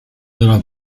della